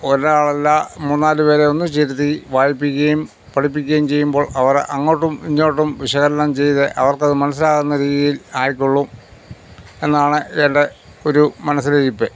ഒരാളല്ല മൂന്നാലു പേരെ ഒന്നിച്ചിരുത്തി വായിപ്പിക്കുകയും പഠിപ്പിക്കുകയും ചെയ്യുമ്പോൾ അവർ അങ്ങോട്ടും ഇങ്ങോട്ടും വിശകലനം ചെയ്ത് അവർക്കത് മനസ്സിലാകുന്ന രീതിയിൽ ആയിക്കൊള്ളും എന്നാണ് എന്റെ ഒരു മനസ്സിലിരിപ്പ്